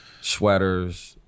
sweaters